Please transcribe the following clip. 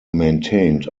maintained